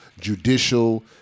judicial